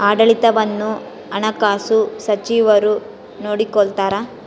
ಆಡಳಿತವನ್ನು ಹಣಕಾಸು ಸಚಿವರು ನೋಡಿಕೊಳ್ತಾರ